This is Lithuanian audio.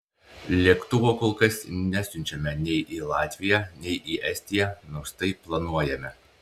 lėktuvo kol kas nesiunčiame nei į latviją nei į estiją nors tai planuojame